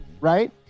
Right